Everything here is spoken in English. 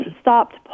stopped